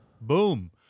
Boom